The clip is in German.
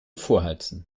vorheizen